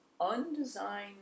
undesigned